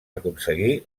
aconseguir